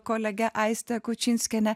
kolege aiste kučinskiene